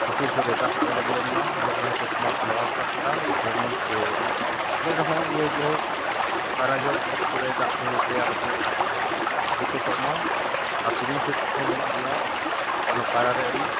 ᱞᱩᱛᱩᱨ ᱠᱚᱨᱮ ᱫᱟᱜ ᱠᱚ ᱟᱞᱚ ᱵᱚᱞᱚᱱ ᱢᱟ ᱢᱮᱸᱫ ᱨᱮᱦᱚᱸ ᱪᱚᱥᱢᱟ ᱠᱚ ᱞᱟᱜᱟᱣ ᱠᱟᱜᱼᱟ ᱡᱮᱢᱚᱱᱛᱮ ᱢᱮᱸᱫ ᱨᱮᱦᱚᱸ ᱤᱭᱟᱹ ᱡᱚᱦᱚᱸᱜ ᱯᱟᱭᱨᱟ ᱡᱚᱦᱚᱜ ᱢᱮᱸᱫ ᱠᱚᱨᱮ ᱫᱟᱜ ᱠᱚ ᱛᱮᱭᱟᱨ ᱠᱚ ᱫᱤᱠᱽᱠᱚᱛᱚᱜ ᱢᱟ ᱟᱨ ᱥᱩᱭᱢᱤᱝ ᱥᱩᱴ ᱦᱚᱸ ᱢᱮᱱᱟᱜ ᱜᱮᱭᱟ ᱡᱮᱱᱚ ᱯᱟᱭᱨᱟ ᱨᱮ ᱟᱹᱰᱤ